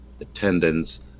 attendance